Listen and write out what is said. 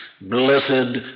blessed